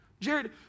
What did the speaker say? Jared